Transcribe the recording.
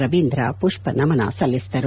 ರವೀಂದ್ರ ಪುಷ್ಪನಮನ ಸಲ್ಲಿಸಿದರು